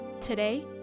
Today